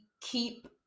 keep